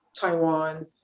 Taiwan